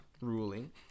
ruling